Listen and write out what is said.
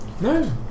No